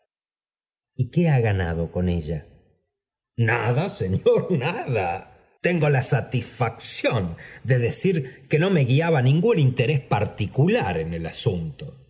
qué ha ganado con ella nada señor nada tengo la satisfacción de decir que no me guiaba ningún interés particular el sabueso iip en el asuntó